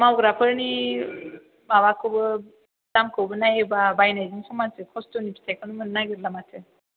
मावग्राफोरनि माबाखौबो दाम खौबो नायोबा बायनायजों समानसो खस्त'नि फिथायखौनो मोननो नागिरा माथो